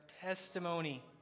testimony